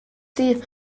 sie